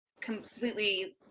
completely